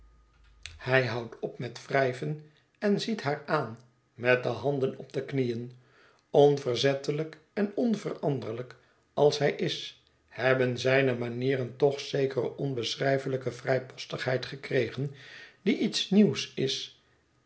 hij houdt op met wrijven en ziet haar aan met de handen op de knieën onverzettelijk en onveranderlijk als hij is hebben zijne manieren toch zekere onbeschrijfelijke vrijpostigheid gekregen die iets nieuws is